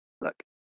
Look